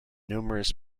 numerous